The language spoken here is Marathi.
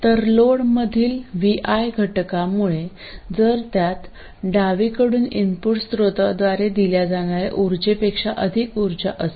तर लोडमधील vi घटकामुळे जर त्यात डावीकडून इनपुट स्त्रोताद्वारे दिल्या जाणाऱ्या उर्जेपेक्षा अधिक उर्जा असेल